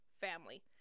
family